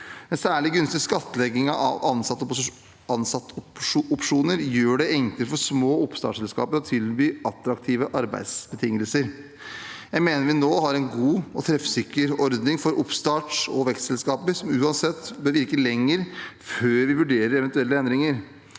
Den særlig gunstige skattleggingen av ansattopsjoner gjør det enklere for små oppstartsselskap å tilby attraktive arbeidsbetingelser. Jeg mener vi nå har en god og treffsikker ordning for oppstarts- og vekstselskaper som uansett bør virke lenger før vi vurderer eventuelle endringer.